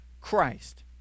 Christ